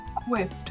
equipped